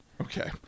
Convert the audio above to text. Okay